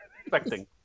Expecting